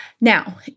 Now